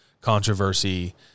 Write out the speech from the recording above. controversy